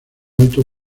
alto